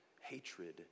hatred